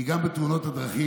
כי גם בתאונות הדרכים,